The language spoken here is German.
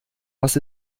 was